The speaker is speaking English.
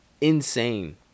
insane